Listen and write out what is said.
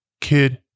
Kid